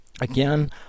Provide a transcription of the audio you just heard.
Again